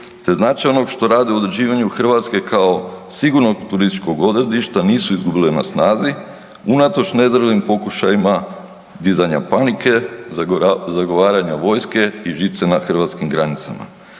te značaj onog što rade u određivanju Hrvatske kao sigurnog turističkog odredišta nisu izgubile na snazi unatoč …/nerazumljivo/… pokušajima dizanja panike, zagovaranja vojske i žice na hrvatskim granicama.